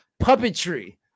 puppetry